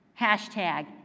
Hashtag